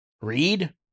read